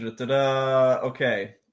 Okay